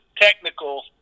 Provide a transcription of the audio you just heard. technical